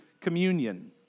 communion